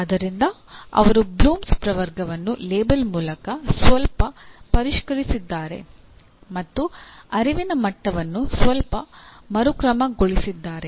ಆದ್ದರಿಂದ ಅವರು ಬ್ಲೂಮ್ಸ್ ಪ್ರವರ್ಗವನ್ನು ಲೇಬಲ್ ಮೂಲಕ ಸ್ವಲ್ಪ ಪರಿಷ್ಕರಿಸಿದ್ದಾರೆ ಮತ್ತು ಅರಿವಿನ ಮಟ್ಟವನ್ನು ಸ್ವಲ್ಪ ಮರುಕ್ರಮಗೊಳಿಸಿದ್ದಾರೆ